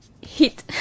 hit